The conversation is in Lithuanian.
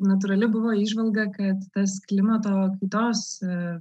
natūrali buvo įžvalga kad tas klimato kaitos